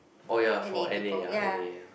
oh ya for N_A ya N_A ya